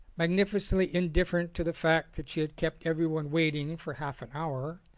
magnificently indifferent to the fact that she had kept everyone waiting for half an hour,